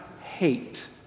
hate